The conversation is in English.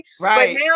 Right